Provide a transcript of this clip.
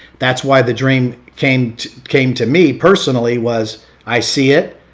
that's why the dream came came to me personally, was i see it,